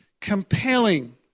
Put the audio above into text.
compelling